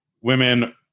Women